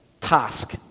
Task